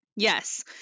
Yes